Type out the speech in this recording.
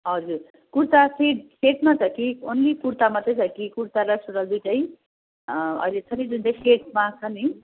हजुर कुर्ता चाहिँ सेटमा छ कि ओन्ली कुर्ता मात्रै छ कि कुर्ता र सुरुवाल दुइटै अहिले छ नि जुन चाहिँ सेटमा छ नि